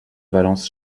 valence